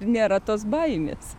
nėra bet tos baimės